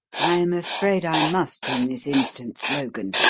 i am afraid i must in this instance, logan.